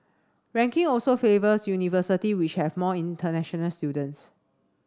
ranking also favours university which have more international students